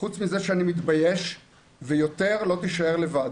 חוץ מזה שאני מתבייש ויותר לא תישאר לבד.